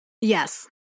Yes